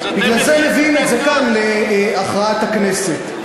בגלל זה מביאים את זה כאן, להכרעת הכנסת.